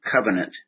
covenant